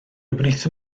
wnaethon